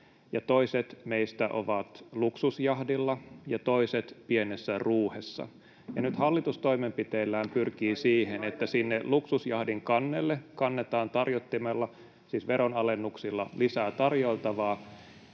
toiset meistä ovat luksusjahdilla ja toiset pienessä ruuhessa. Nyt hallitus toimenpiteillään pyrkii siihen, että sinne luksusjahdin kannelle kannetaan tarjottimella, siis veronalennuksilla, lisää tarjoiltavaa